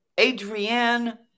Adrienne